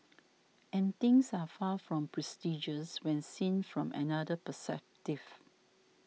and things are far from prestigious when seen from another perspective